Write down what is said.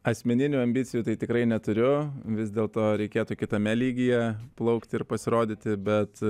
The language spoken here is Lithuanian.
asmeninių ambicijų tai tikrai neturiu vis dėlto reikėtų kitame lygyje plaukti ir pasirodyti bet